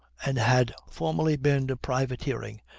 and had formerly been a privateering,